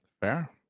Fair